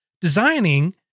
designing